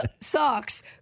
socks